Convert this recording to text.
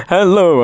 Hello